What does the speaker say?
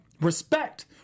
respect